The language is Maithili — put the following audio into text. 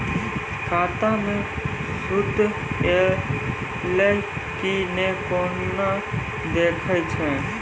खाता मे सूद एलय की ने कोना देखय छै?